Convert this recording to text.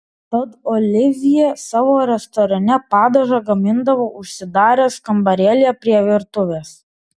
tad olivjė savo restorane padažą gamindavo užsidaręs kambarėlyje prie virtuvės